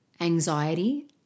anxiety